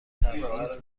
تبعیض